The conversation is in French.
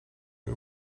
que